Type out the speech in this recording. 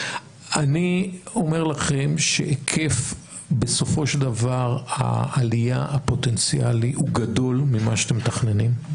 אני אומר לכם שהיקף העלייה הפוטנציאלי הוא גדול ממה שאתם מתכננים.